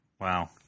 Wow